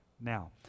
now